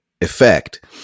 effect